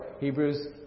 Hebrews